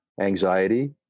anxiety